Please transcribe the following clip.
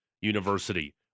University